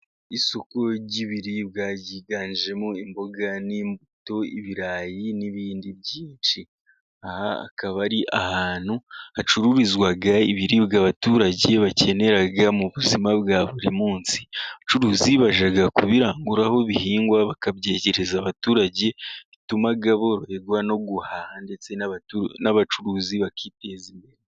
Isoko ry'ibiribwa ryiganjemo imboga n'imbuto, ibirayi n'ibindi byinshi, aha akaba ari ahantu hacururizwa ibiribwa, abaturage bakenera mu buzima bwa buri munsi, abacuruzi bajya kubirangura aho bihingwa bakabyegereza abaturage, bituma boroherwa no guhaha ndetse n'abacuruzi bakiteza imbere.